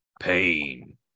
pain